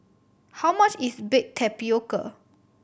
how much is baked tapioca